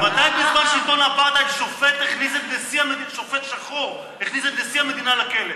מתי בזמן שלטון האפרטהייד שופט שחור הכניס את נשיא המדינה לכלא?